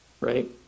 right